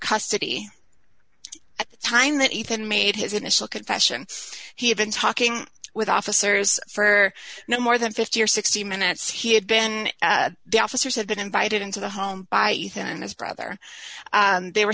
custody at the time that ethan made his initial confession he had been talking with officers for no more than fifty or sixty minutes he had been the officers had been invited into the home by ethan and his brother they were